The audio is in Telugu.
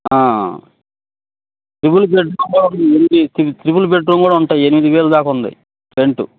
త్రిబుల్ బెడ్ ఉంది త్రీ త్రిబుల్ బెడ్ రూమ్ కూడా ఉంటయి ఎనిమిది వేల దాకా ఉంది రెంటు